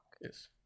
Yes